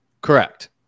Correct